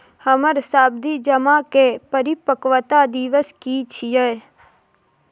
हमर सावधि जमा के परिपक्वता दिवस की छियै?